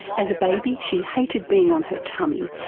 as a baby she hated being on her tummy,